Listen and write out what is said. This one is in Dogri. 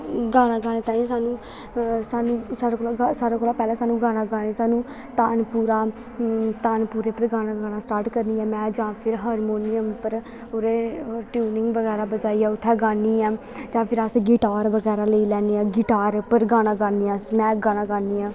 गाना गाने ताईं सानूं सानूं साढ़ै कोला सारे कोला पैह्लें सानूं गाना गाने गी सानूं तानपुरा तानपुरे उप्पर गाना गाना स्टार्ट करनी ऐं में जां फिर हारमोनियम पर पूरे ट्यूनिंग बगैरा बजाइयै उत्थै गान्नी आं जा फिर अस गिटार बगैरा लेई लैन्ने ऐं गिटार उप्पर गाना गान्ने आं अस में गाना गान्नी आं